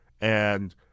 and-